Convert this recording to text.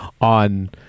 on